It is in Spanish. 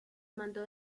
mando